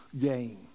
game